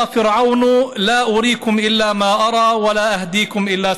(אומר דברים בערבית ומתרגמם.)